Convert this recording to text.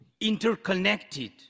interconnected